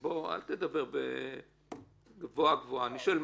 אל תדבר גבוהה גבוהה.